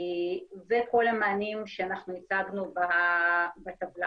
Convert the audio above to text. אלה כל המענים שאנחנו הצגנו בטבלה.